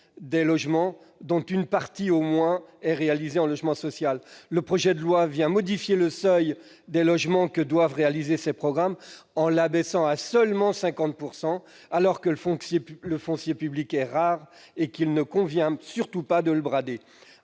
des logements, avec une partie au moins de logements sociaux. Le projet de foi vient modifier le seuil des logements que doivent comporter ces programmes en l'abaissant à seulement 50 %, alors que le foncier public est rare et qu'il convient de ne surtout pas le brader.